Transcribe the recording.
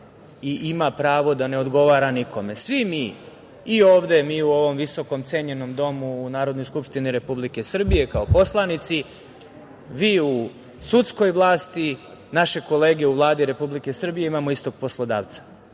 i ima pravo da ne odgovora nikome. Svi mi i ovde mi u ovom visokom cenjenom domu u Narodnoj skupštini Republike Srbije kao poslanici, vi u sudskoj vlasti, naše kolege u Vladi Republike Srbije imamo istog poslodavca.